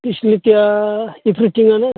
फेसिलिटिया एब्रिथिंआनो